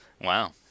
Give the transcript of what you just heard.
Wow